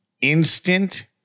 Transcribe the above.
instant